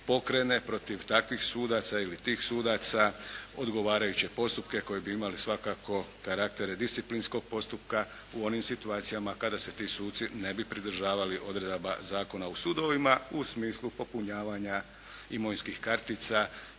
pokrene protiv takvih sudaca ili tih sudaca odgovarajuće postupke koje bi imali svakako karakter disciplinskog postupka u onim situacijama kada se ti suci ne bi pridržavali odredaba Zakona o sudovima u smislu popunjavanja imovinskih kartica,